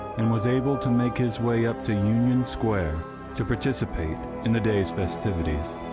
and was able to make his way up to union square to participate in the day's festivities.